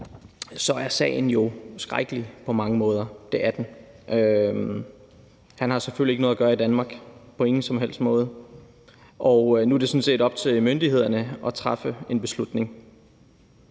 er sagen jo skrækkelig på mange måder – det er den. Lucky har selvfølgelig ikke på nogen som helst måde noget at gøre i Danmark, og nu er det sådan set op til myndighederne at træffe en beslutning.